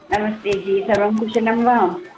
नमस्ते जि सर्वं कुशलं वा